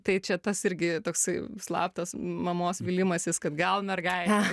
tai čia tas irgi toksai slaptas mamos vylimasis kad gal mergaitė